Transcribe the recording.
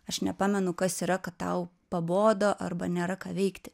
aš nepamenu kas yra kad tau pabodo arba nėra ką veikti